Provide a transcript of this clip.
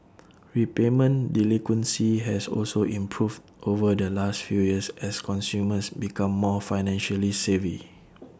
repayment delinquency has also improved over the last few years as consumers become more financially savvy